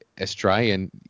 Australian